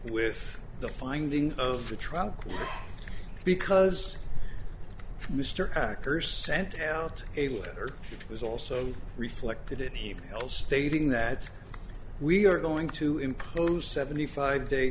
with the findings of the trial because mr packer sent out a letter was also reflected in even l stating that we are going to impose seventy five day